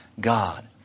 God